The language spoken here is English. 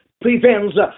prevents